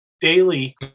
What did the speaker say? daily